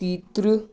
تیٚیہِ ترٕہ